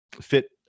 fit